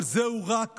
אבל זהו רק